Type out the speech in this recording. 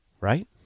Right